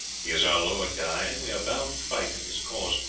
he is our lord, guy, and we are bound to fight in his cause,